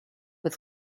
with